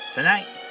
Tonight